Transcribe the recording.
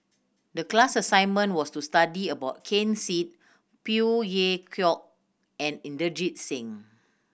the class assignment was to study about Ken Seet Phey Yew Kok and Inderjit Singh